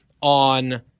on